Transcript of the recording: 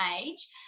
age